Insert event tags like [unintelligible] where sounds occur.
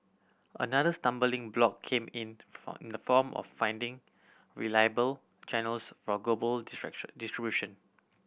another stumbling block came in [unintelligible] in the form of finding reliable channels for global distraction distribution